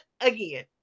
again